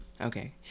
okay